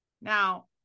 Now